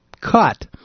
cut